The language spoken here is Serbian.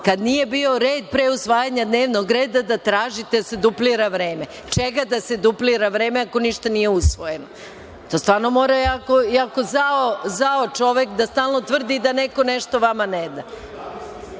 kada nije bio red pre usvajanja dnevnog reda da tražite da se duplira vreme. Čega da se duplira vreme, ako ništa nije usvojeno? To stvarno mora jako zao čovek da stalno tvrdi da neko nešto vama ne